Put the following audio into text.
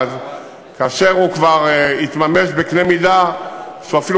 כאשר הוא כבר יתממש בקנה מידה שהוא אפילו